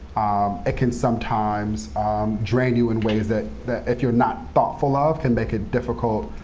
it can sometimes drain you in ways that, if you're not thoughtful of, can make it difficult,